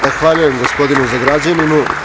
Zahvaljujem, gospodinu Zagrađaninu.